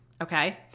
okay